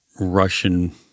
Russian